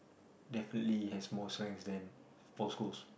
definitely has more strengths than Paul-Coles